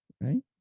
right